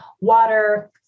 water